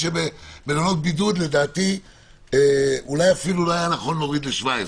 מלונות בידוד אולי אפילו לא נכון היה להוריד ל-17,